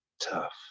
tough